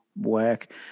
work